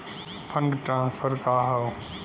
Fund transfer का हव?